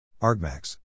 Argmax